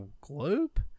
globe